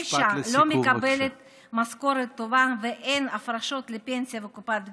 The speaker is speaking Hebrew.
אם אישה לא מקבלת משכורת טובה ואין הפרשות לפנסיה וקופת גמל,